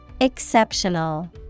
Exceptional